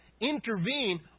intervene